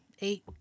eight